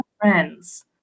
friends